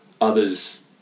Others